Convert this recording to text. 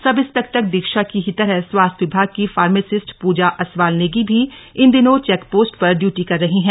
सब इंस्पेक्टर दीक्षा की ही तरह स्वास्थ्य विभाग की फार्मेसिस्ट पूजा असवाल नेगी भी इन दिनों चेकपोस्ट पर डयूटी कर रही हैं